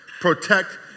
protect